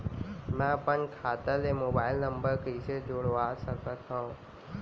मैं अपन खाता ले मोबाइल नम्बर कइसे जोड़वा सकत हव?